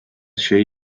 şey